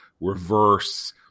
reverse